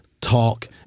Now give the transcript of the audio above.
talk